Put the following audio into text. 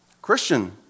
Christian